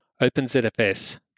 OpenZFS